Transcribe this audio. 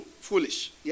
foolish